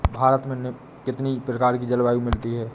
भारत में कितनी प्रकार की जलवायु मिलती है?